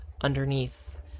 underneath